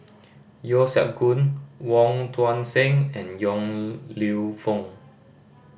Yeo Siak Goon Wong Tuang Seng and Yong Lew Foong